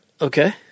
Okay